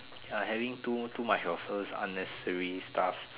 ya having too too much of those unnecessary stuff